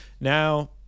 now